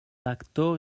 lector